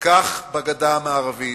כך בגדה המערבית.